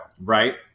Right